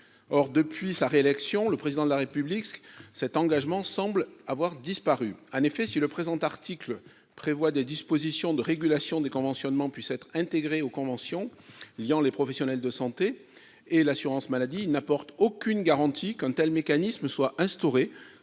Depuis la réélection du Président de la République, cet engagement semble toutefois avoir disparu. Si le présent article prévoit que des dispositions de régulation des conventionnements puissent être intégrées aux conventions liant les professionnels de santé et l'assurance maladie, il n'apporte aucune garantie qu'un tel mécanisme soit instauré,